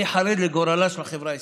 אני חרד לגורלה של החברה הישראלית.